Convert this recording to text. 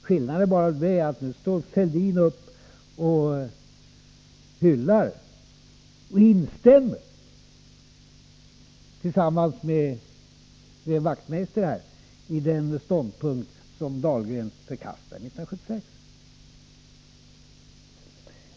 Skillnaden är bara den att nu står Fälldin upp och instämmer, tillsammans med Knut Wachtmeister, i den ståndpunkt som Dahlgren förkastade 1976.